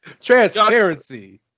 transparency